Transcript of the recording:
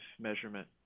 measurement